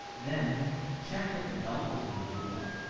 then check that the belt is in low belt.